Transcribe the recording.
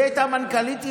היא הייתה מנכ"לית עירייה,